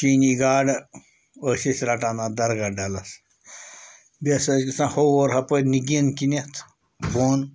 چیٖنی گاڈٕ ٲسۍ أسۍ رَٹان اَتھ درگاہ ڈَلَس بیٚیہِ ہسا ٲسۍ گژھان ہور ہُپٲرۍ نِگیٖن کِنٮ۪تھ بۄن